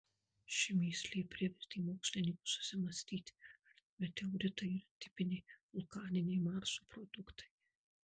ši mįslė privertė mokslininkus susimąstyti ar meteoritai yra tipiniai vulkaniniai marso produktai